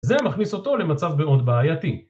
זה מכניס אותו למצב מאוד בעייתי.